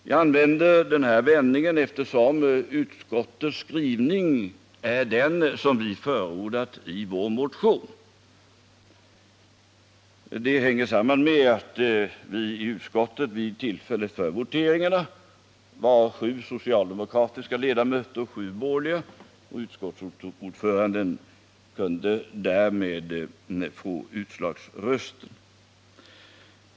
Jag använder denna vändning, eftersom utskottets skrivning är den som vi förordat i vår motion. Det hänger samman med att vi i utskottet vid tillfället för voteringarna var 7 socialdemokratiska och 7 borgerliga ledamöter. Utskottsordföranden kunde därmed få utslagsrösten.